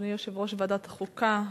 אדוני יושב-ראש ועדת החוקה,